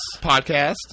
podcast